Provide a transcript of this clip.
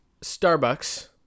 Starbucks